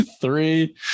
three